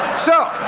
so.